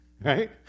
right